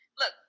Look